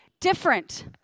different